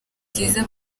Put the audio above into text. bwiza